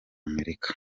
amerika